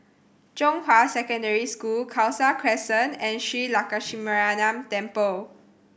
Zhonghua Secondary School Khalsa Crescent and Shree Lakshminarayanan Temple